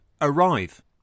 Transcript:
arrive